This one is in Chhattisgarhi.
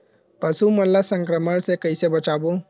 पशु मन ला संक्रमण से कइसे बचाबो?